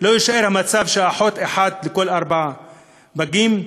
לא יישאר המצב של אחות אחת לכל ארבעה פגים,